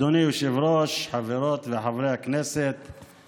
מדובר על הקמה של מסננים של המים.